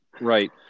right